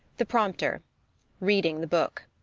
the prompter reading the book.